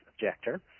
objector